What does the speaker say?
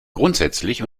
grundsätzlich